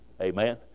amen